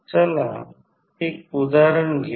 चला एक उदाहरण घेऊ